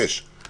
שישה נגד.